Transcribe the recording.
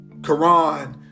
Quran